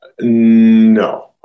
no